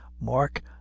mark